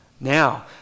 Now